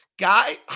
Guy